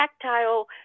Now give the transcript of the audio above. tactile